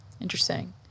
interesting